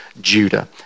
Judah